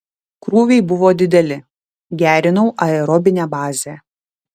krūviai buvo dideli gerinau aerobinę bazę